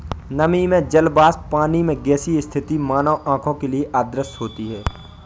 नमी में जल वाष्प पानी की गैसीय स्थिति मानव आंखों के लिए अदृश्य होती है